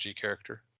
character